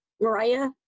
Mariah